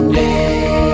day